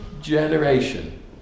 generation